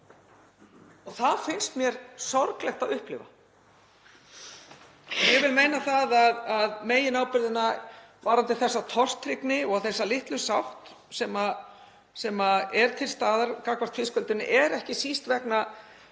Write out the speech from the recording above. Það finnst mér sorglegt að upplifa. Ég vil meina að meginábyrgðin varðandi þessa tortryggni og þessa litlu sátt sem er til staðar gagnvart fiskeldinu liggi ekki síst í